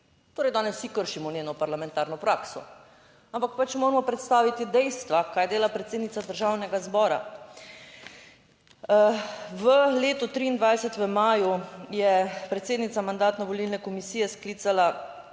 Torej, danes vsi kršimo njeno parlamentarno prakso, ampak pač moramo predstaviti dejstva, kaj dela predsednica Državnega zbora. V letu 2023, v maju, je predsednica Mandatno-volilne komisije sklicala